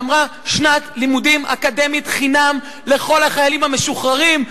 שאמרה: שנת לימודים אקדמית חינם לכל החיילים המשוחררים,